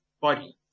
body